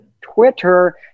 Twitter